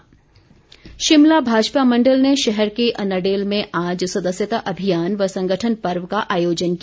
शिमला भाजपा शिमला भाजपा मण्डल ने शहर के अन्नाडेल में आज सदस्यता अभियान व संगठन पर्व का आयोजन किया